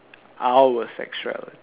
our sexuality